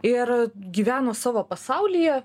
ir gyveno savo pasaulyje